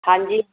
ਹਾਂਜੀ